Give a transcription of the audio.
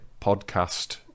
podcast